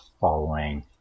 following